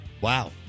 Wow